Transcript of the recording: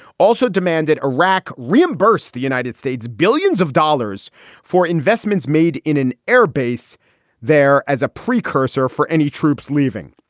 also demanded iraq reimburse the united states billions of dollars for investments made in an airbase there as a precursor for any troops leaving.